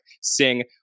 sing